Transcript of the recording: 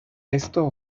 esto